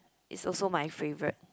is also my favourite